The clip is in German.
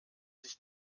sich